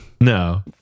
no